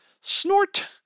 Snort